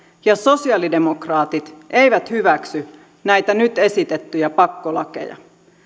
ja sosialidemokraatit eivät hyväksy näitä nyt esitettyjä pakkolakeja